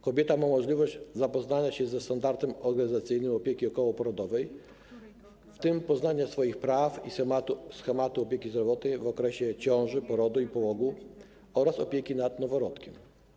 Kobieta ma możliwość zapoznania się ze standardem organizacyjnym opieki okołoporodowej, w tym poznania swoich praw i schematu opieki zdrowotnej w okresie ciąży, porodu i połogu oraz opieki nad noworodkiem.